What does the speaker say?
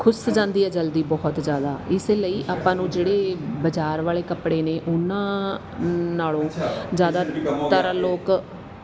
ਖੁਸ ਜਾਂਦੀ ਹੈ ਜਲਦੀ ਬਹੁਤ ਜ਼ਿਆਦਾ ਇਸ ਲਈ ਆਪਾਂ ਨੂੰ ਜਿਹੜੇ ਬਾਜ਼ਾਰ ਵਾਲੇ ਕੱਪੜੇ ਨੇ ਉਹਨਾਂ ਨਾਲੋਂ ਜ਼ਿਆਦਾਤਰ ਲੋਕ